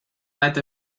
night